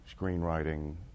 screenwriting